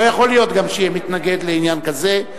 לא יכול להיות גם שיהיה מתנגד לעניין כזה.